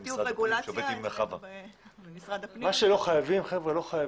מה שלא חייבים, לא חייבים.